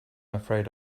afraid